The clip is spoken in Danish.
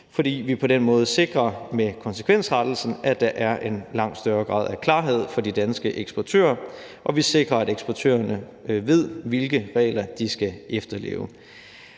fordi vi med konsekvensrettelsen sikrer, at der er en langt større grad af klarhed for de danske eksportører, og vi sikrer, at eksportørerne ved, hvilke regler de skal efterleve.